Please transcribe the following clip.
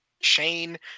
Shane